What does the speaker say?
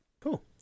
cool